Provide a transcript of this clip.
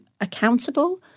accountable